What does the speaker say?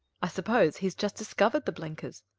i suppose he's just discovered the blenkers.